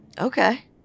Okay